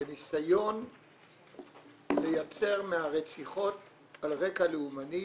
של ניסיון לייצר מהרציחות על רקע לאומני